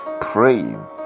praying